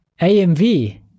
AMV